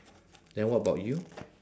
then what about you